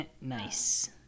Nice